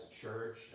church